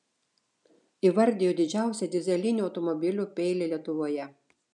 įvardijo didžiausią dyzelinių automobilių peilį lietuvoje